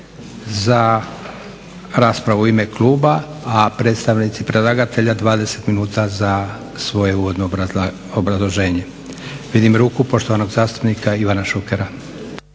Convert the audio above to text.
za raspravu u ime kluba, a predstavnici predlagatelja 20 minuta za svoje uvodno obrazloženje. Da li predstavnici radnih tijela